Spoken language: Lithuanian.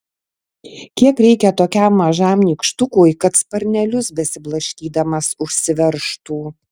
kiek reikia tokiam mažam nykštukui kad sparnelius besiblaškydamas užsiveržtų